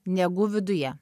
negu viduje